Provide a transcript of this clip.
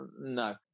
No